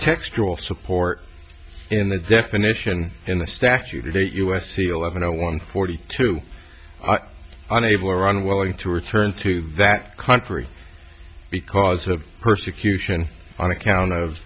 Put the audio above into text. textual support in the definition in the statute u s eleven zero one forty two unable or unwilling to return to that country because of persecution on account of